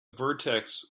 vertex